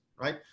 right